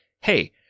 hey